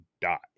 die